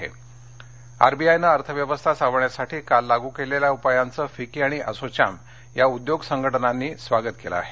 आरवीआय उद्योग आरबीआयनं अर्थव्यवस्था सावरण्यासाठी काल लागू केलेल्या उपायांचं फिक्की आणि असोचॅम या उद्योग संघटनांनी स्वागत केलं आहे